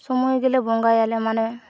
ᱥᱚᱢᱚᱭ ᱜᱮᱞᱮ ᱵᱚᱸᱜᱟᱭᱟᱞᱮ ᱢᱟᱱᱮ